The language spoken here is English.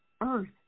earth